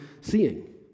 seeing